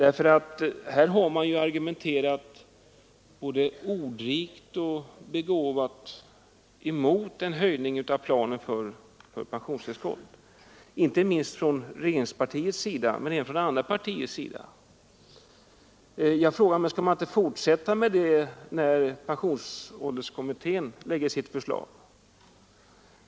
Man har argumenterat både ordrikt och begåvat mot en höjning av planen för pensionstillskott. Detta har skett inte bara från regeringspartiet utan även från andra partier. Jag frågar mig då, om man inte bör fortsätta därmed, när pensionsålderskommittén lägger fram sitt förslag.